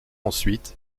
ensuite